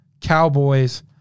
Cowboys